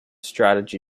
strategy